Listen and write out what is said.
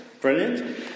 Brilliant